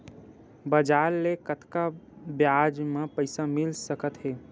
बजार ले कतका ब्याज म पईसा मिल सकत हे?